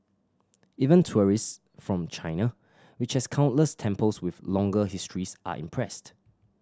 even tourist from China which has countless temples with longer histories are impressed